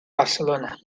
barcelona